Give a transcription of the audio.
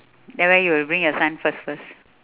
then where you will bring your son first first